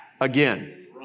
again